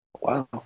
Wow